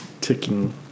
ticking